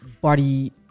body